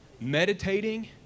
meditating